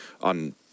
on